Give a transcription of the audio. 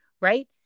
Right